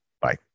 Bye